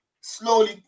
slowly